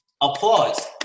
Applause